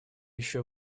еще